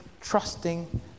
trusting